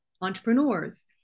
entrepreneurs